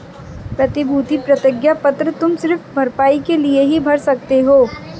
प्रतिभूति प्रतिज्ञा पत्र तुम सिर्फ भरपाई के लिए ही भर सकते हो